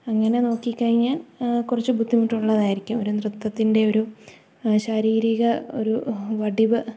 അങ്ങനെ നോക്കിക്കഴിഞ്ഞാൻ കുറച്ച് ബുദ്ധിമുട്ടുള്ളതായിരിക്കും ഒരു നൃത്തത്തിൻ്റെ ഒരു ശാരീരിക ഒരു വടിവ്